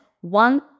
one